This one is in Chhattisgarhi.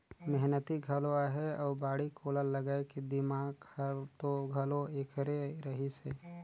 मेहनती घलो अहे अउ बाड़ी कोला लगाए के दिमाक हर तो घलो ऐखरे रहिस हे